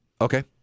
Okay